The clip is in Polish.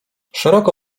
szeroko